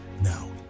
Now